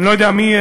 אני לא יודע מי,